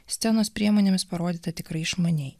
scenos priemonėmis parodyta tikrai išmaniai